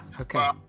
okay